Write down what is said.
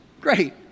Great